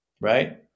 right